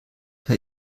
herr